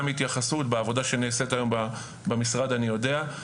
התייחסות בעבודה שנעשית היום במשרד אני יודע,